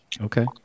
Okay